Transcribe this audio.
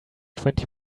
twenty